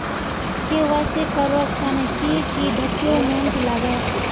KYC करवार तने की की डॉक्यूमेंट लागे?